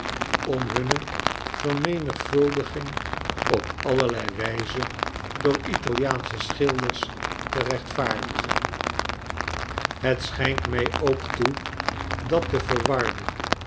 om hunne vermenigvuldiging op allerlei wijze door italiaansche schilders te rechtvaardigen het schijnt mij ook toe dat de verwarde